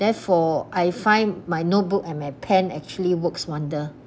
therefore I find my notebook and my pen actually works wonder